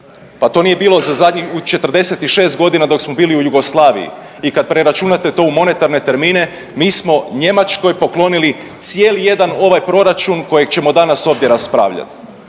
Pa to nije bilo u 46 godina dok smo bili u Jugoslaviji i kad preračunate to u monetarne termine mi smo Njemačkoj poklonili cijeli jedan ovaj proračun kojeg ćemo danas ovdje raspravljati.